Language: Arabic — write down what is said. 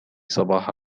صباح